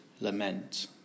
lament